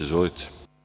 Izvolite.